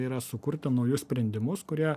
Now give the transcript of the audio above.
yra sukurti naujus sprendimus kurie